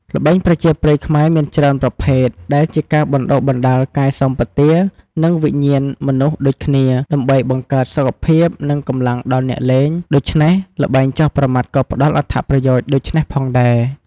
ល្បែងប្រជាប្រិយខ្មែរមានច្រើនប្រភេទ ដែលជាការបណ្ដុះបណ្ដាលកាយសម្បទា និងវិញ្ញាណមនុស្សដូចគ្នា ដើម្បីបង្កើតសុខភាព និងកម្លាំងដល់អ្នកលេង ដូច្នេះល្បែងចោះប្រមាត់ក៏ផ្តល់អត្ថប្រយោជន៍ដូច្នេះផងដែរ។